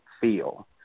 feel